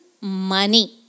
money